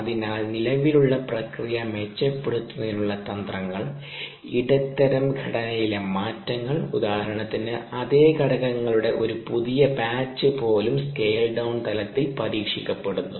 അതിനാൽ നിലവിലുള്ള പ്രക്രിയ മെച്ചപ്പെടുത്തുന്നതിനുള്ള തന്ത്രങ്ങൾ ഇടത്തരം ഘടനയിലെ മാറ്റങ്ങൾ ഉദാഹരണത്തിന് അതേ ഘടകങ്ങളുടെ ഒരു പുതിയ ബാച്ച് പോലും സ്കെയിൽ ഡൌൺ തലത്തിൽ പരീക്ഷിക്കപ്പെടുന്നു